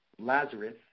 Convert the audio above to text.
Lazarus